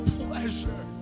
pleasure